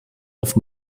auf